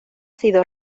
sido